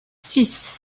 six